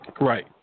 Right